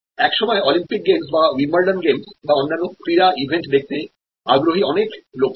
একসময় Olympic games বা Wimbledon games বা অন্যান্য অনেক ক্রীড়া ইভেন্ট দেখতে আগ্রহী অনেক লোক ছিল